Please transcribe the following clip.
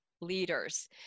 Leaders